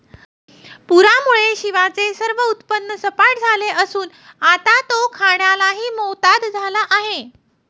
पूरामुळे शिवाचे सर्व उत्पन्न सपाट झाले असून आता तो खाण्यालाही मोताद झाला आहे